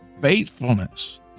faithfulness